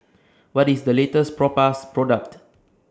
What IS The latest Propass Product